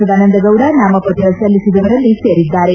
ಸದಾನಂದಗೌಡ ನಾಮಪತ್ರ ಸಲ್ಲಿಸಿದವರಲ್ಲಿ ಸೇರಿದ್ದಾರೆ